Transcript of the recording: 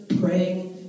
Praying